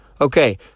Okay